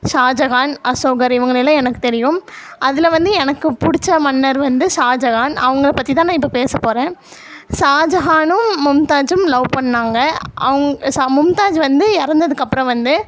ஷாஜஹான் அசோகர் இவங்களை எல்லாம் எனக்கு தெரியும் அதில் வந்து எனக்கு புடிச்ச மன்னர் வந்து ஷாஜஹான் அவர்கள பற்றி தான் நான் இப்போ பேசப்போகிறேன் ஷாஜஹானும் மும்தாஜ்ஜூம் லவ் பண்ணிணாங்க அவுங் ச மும்தாஜ் வந்து இறந்ததுக்கு அப்புறம் வந்து